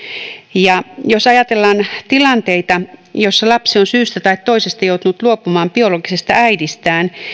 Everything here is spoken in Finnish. jos ajatellaan tilanteita joissa lapsi on syystä tai toisesta joutunut luopumaan biologisesta äidistään